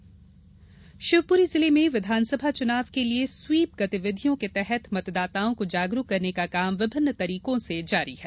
SVEEP अभियान शिवपुरी जिले में विधानसभा चुनाव के लिए स्वीप गतिविधियों के तहत मतदाताओं को जागरूक करने का काम विभिन्न तरीकों से जारी है